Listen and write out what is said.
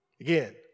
Again